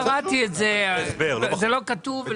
קראתי את זה; זה לא כתוב.